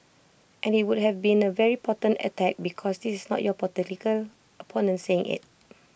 and IT would have been A very potent attack because this is not your political opponent saying IT